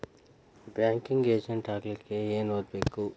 Banking agent ಆಗ್ಲಿಕ್ಕೆ ಏನ್ ಓದ್ಬೇಕು?